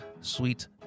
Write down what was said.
Sweet